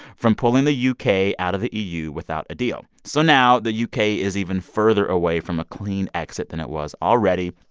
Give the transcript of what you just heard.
from pulling the u k. out of the eu without a deal. so now the u k. is even further away from a clean exit than it was already.